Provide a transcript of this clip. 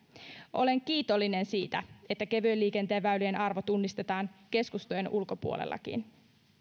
olen kiitollinen siitä että kevyen liikenteen väylien arvo tunnistetaan keskustojen ulkopuolellakin